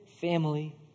family